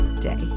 day